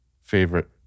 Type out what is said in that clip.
favorite